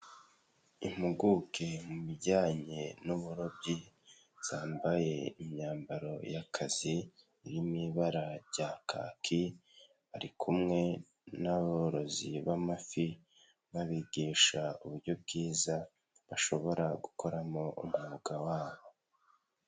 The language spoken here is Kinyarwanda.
Impuguke mu bijyanye n'uburobyi zambaye imyambaro y'akazi, iri mu ibara rya kaki, ari kumwe n'aborozi b'amafi babigisha uburyo bwiza bashobora gukoramo umwuga wabo.